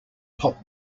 pop